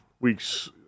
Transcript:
weeks